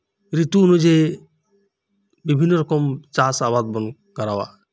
ᱨᱤᱛᱩ ᱚᱱᱩᱡᱟᱭᱤ ᱵᱤᱵᱷᱤᱱᱱᱚ ᱨᱚᱠᱚᱢ ᱪᱟᱥ ᱟᱵᱟᱫ ᱵᱩᱱ ᱠᱚᱨᱟᱣᱟ